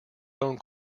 own